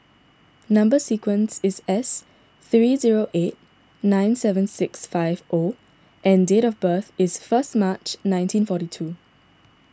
Number Sequence is S three zero eight nine seven six five O and date of birth is first March nineteen forty two